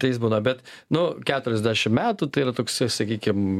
tai jis būna bet nu keturiasdešimt metų tai yra toksai sakykim